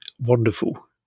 wonderful